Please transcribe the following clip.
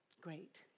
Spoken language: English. Great